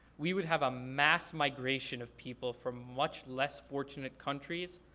we would have a mass migration of people from much less fortunate countries,